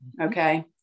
okay